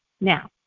Now